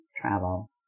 travel